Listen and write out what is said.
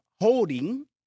holding